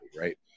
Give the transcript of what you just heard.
right